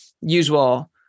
usual